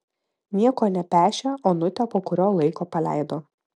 nieko nepešę onutę po kurio laiko paleido